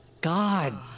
God